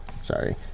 Sorry